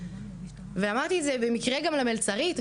ואמרתי את זה במקרה גם למלצרית.